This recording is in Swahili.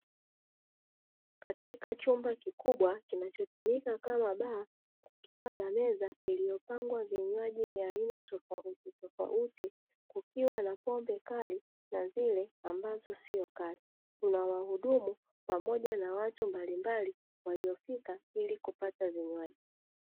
Katika chumba kikubwa kinachotumika kama baa, kikiwa na meza iliyopangwa vinywaji vya aina tofautitofauti, kukiwa na pombe kali na zile ambazo sio kali. Kuna wahudumu pamoja na watu mbalimbali waliofika ili kupata vinywaji.